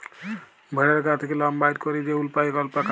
ভেড়ার গা থ্যাকে লম বাইর ক্যইরে যে উল পাই অল্পাকা